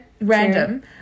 Random